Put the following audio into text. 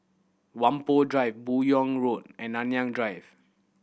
Whampoa Drive Buyong Road and Nanyang Drive